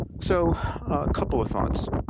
so a couple of thoughts.